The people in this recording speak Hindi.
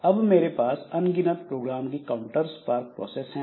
अब मेरे पास अनगिनत प्रोग्राम की काउंटर स्पार्क प्रोसेस है